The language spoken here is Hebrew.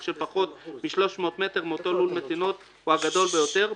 של פחות מ-300 מטר מאותו לול מטילות הוא הגדול ביותר,